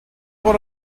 what